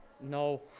No